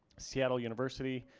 seattle university,